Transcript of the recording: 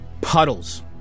puddles